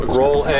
roll